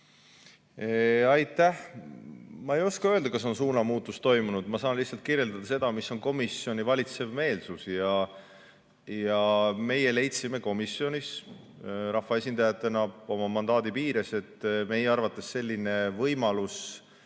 Aitäh! Ma ei oska öelda, kas on suunamuutus toimunud. Ma saan lihtsalt kirjeldada seda, mis on komisjoni valitsev meelsus. Meie leidsime komisjonis rahvaesindajatena oma mandaadi piires, et meie arvates võiks selline võimalus